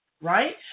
right